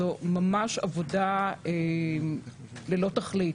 זו ממש עבודה ללא תכלית.